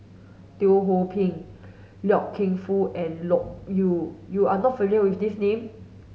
Teo Ho Pin Loy Keng Foo and Loke Yew you are not familiar with these name